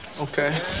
Okay